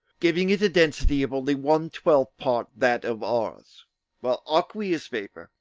giving it a density of only one-twelfth part that of ours while aqueous vapour,